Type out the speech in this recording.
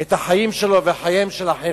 את החיים שלו ושל אחרים,